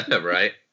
Right